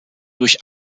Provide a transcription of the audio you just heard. durch